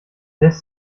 lässt